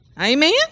Amen